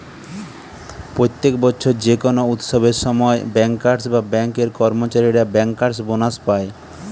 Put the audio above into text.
প্রত্যেক বছর যে কোনো উৎসবের সময় বেঙ্কার্স বা বেঙ্ক এর কর্মচারীরা বেঙ্কার্স বোনাস পায়